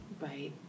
Right